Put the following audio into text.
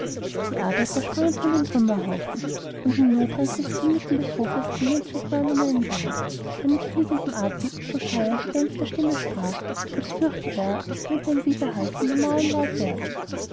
die arbeiter sprangen von dem trümmerhaufen und im nu drängte sich inmitten des hofes ein menschenknäuel um einen bauer der mit fliegendem atem und so scheuer gedämpfter stimme sprach als fürchte er es könne ein widerhall von den mauern laut werden